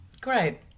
Great